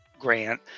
grant